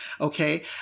Okay